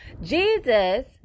Jesus